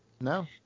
No